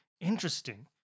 Interesting